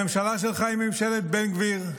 הממשלה שלך היא ממשלת בן גביר,